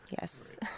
Yes